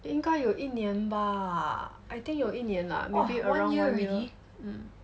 应该有一年 bah I think 有一年 lah maybe around one year mm